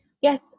yes